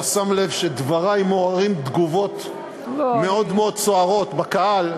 אתה שם לב שדברי מעוררים תגובות מאוד מאוד סוערות בקהל,